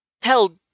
tell